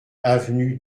avenue